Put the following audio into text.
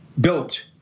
built